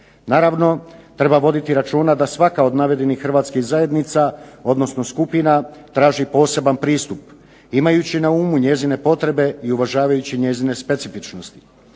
Naravno treba voditi računa da svaka od navedenih Hrvatskih zajednica, odnosno skupina traži poseban pristup. Imajući na umu njezine potrebe i uvažavajući njezine specifičnosti.